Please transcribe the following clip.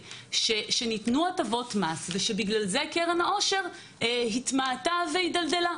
שניתנו הטבות מס ובגלל זה קרן העושר התמעטה והידלדלה.